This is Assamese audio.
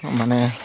মানে